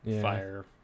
fire